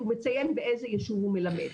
הוא מציין באיזה יישוב הוא מלמד.